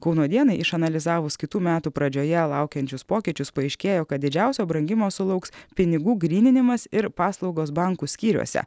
kauno dienai išanalizavus kitų metų pradžioje laukiančius pokyčius paaiškėjo kad didžiausio brangimo sulauks pinigų gryninimas ir paslaugos bankų skyriuose